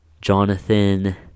jonathan